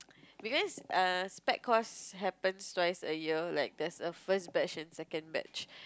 because err spec course happens twice a year like there's a first batch and second batch